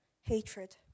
hatred